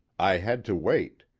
i had to wait.